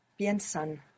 Piensan